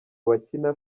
bakina